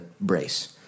brace